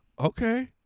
okay